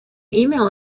email